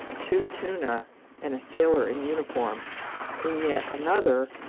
two tuna and a sailor in uniform in yet another,